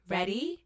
Ready